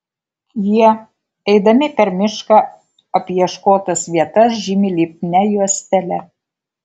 jie eidami per mišką apieškotas vietas žymi lipnia juostele